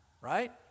right